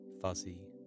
fuzzy